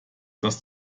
das